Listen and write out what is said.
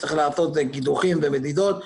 צריך לעשות קידוחים ומדידות.